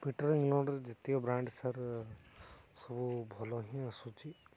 Peter ଇଂଲଣ୍ଡର ଯେତିକ brand sir ସବୁ ଭଲ ହିଁ ଆସୁଛି